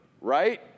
right